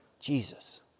Jesus